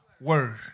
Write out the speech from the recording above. word